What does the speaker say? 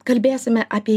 kalbėsime apie